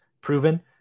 proven